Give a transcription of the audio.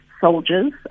soldiers